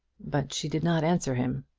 but she did not answer him.